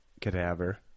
cadaver